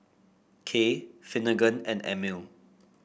Kay Finnegan and Emile